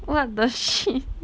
what the shit